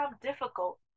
difficult